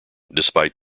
despite